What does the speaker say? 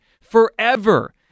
forever